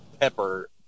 pepper